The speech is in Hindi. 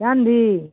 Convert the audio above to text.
कान भी